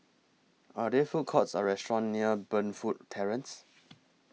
Are There Food Courts Or restaurants near Burnfoot Terrace